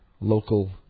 local